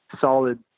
solid